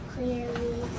Clearly